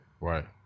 Right